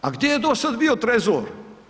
A gdje je do sad bio trezor?